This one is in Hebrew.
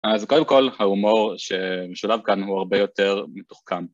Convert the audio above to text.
אז קודם כל ההומור שמשולב כאן הוא הרבה יותר מתוחכם.